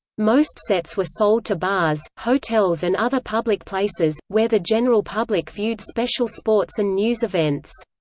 most sets were sold to bars, hotels and other public places, where the general public viewed special sports and news events.